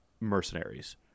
mercenaries